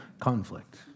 conflict